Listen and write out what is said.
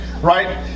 right